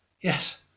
Yes